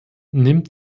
nimmt